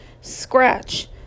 Scratch